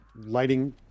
lighting